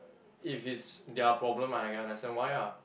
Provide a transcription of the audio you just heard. if it's their problem I can understand why ah